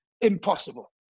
Impossible